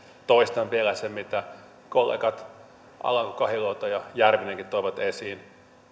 toistan vielä sen mitä kollegat alanko kahiluoto ja järvinen toivat esiin